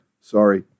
Sorry